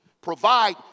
Provide